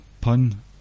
pun